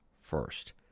first